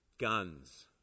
guns